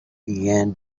began